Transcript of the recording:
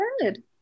good